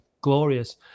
glorious